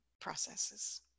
processes